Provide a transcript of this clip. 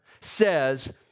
says